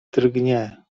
drgnie